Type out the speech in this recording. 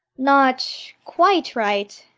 not quite right,